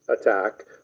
attack